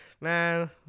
man